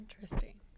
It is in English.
Interesting